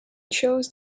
chose